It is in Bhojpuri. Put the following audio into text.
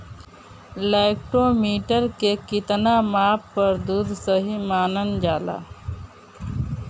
लैक्टोमीटर के कितना माप पर दुध सही मानन जाला?